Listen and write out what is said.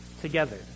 together